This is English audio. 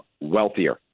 wealthier